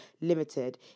limited